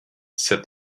said